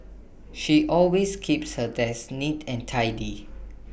she always keeps her desk neat and tidy